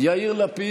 אותי,